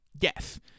Yes